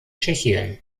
tschechien